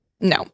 no